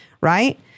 Right